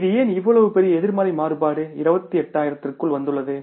இது ஏன் இவ்வளவு பெரிய எதிர்மறை மாறுபாடு 28000 க்குள் வந்துள்ளது